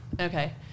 Okay